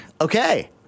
okay